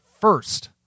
first